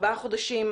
ארבעה חודשים,